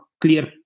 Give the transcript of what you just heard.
clear